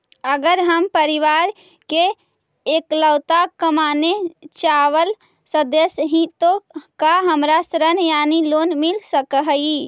अगर हम परिवार के इकलौता कमाने चावल सदस्य ही तो का हमरा ऋण यानी लोन मिल सक हई?